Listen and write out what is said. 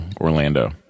Orlando